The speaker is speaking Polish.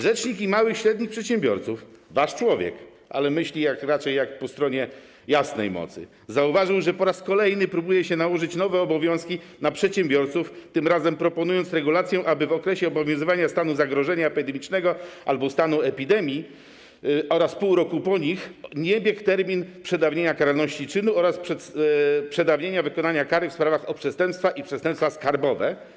Rzecznik małych i średnich przedsiębiorców - to wasz człowiek, ale myśli raczej jak człowiek po jasnej stronie mocy - zauważył, że po raz kolejny próbuje się nałożyć nowe obowiązki na przedsiębiorców, tym razem proponując, aby w okresie obowiązywania stanu zagrożenia epidemicznego albo stanu epidemii oraz pół roku po nich nie biegł termin przedawnienia karalności czynu oraz przedawnienia wykonania kary w sprawach o przestępstwa i przestępstwa skarbowe.